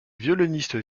violonistes